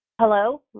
hello